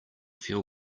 feel